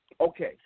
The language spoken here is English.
Okay